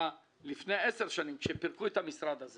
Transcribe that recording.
לפני עשר שנים, כשפירקו את המשרד הזה